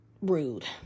rude